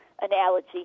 analogy